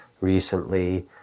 recently